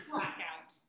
Blackout